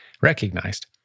recognized